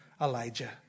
Elijah